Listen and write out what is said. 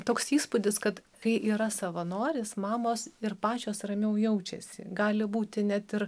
toks įspūdis kad kai yra savanoris mamos ir pačios ramiau jaučiasi gali būti net ir